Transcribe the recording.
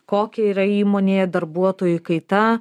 kokia yra įmonėje darbuotojų kaita